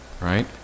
right